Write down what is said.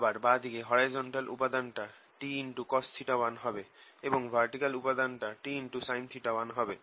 আবার বাঁ দিকে হরাইজন্টাল উপাদান টা Tcos1 হবে এবং ভার্টিকাল উপাদান টা Tsin1 হবে